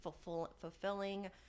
fulfilling